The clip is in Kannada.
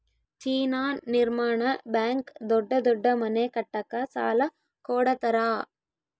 ಚೀನಾ ನಿರ್ಮಾಣ ಬ್ಯಾಂಕ್ ದೊಡ್ಡ ದೊಡ್ಡ ಮನೆ ಕಟ್ಟಕ ಸಾಲ ಕೋಡತರಾ